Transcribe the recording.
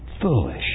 foolish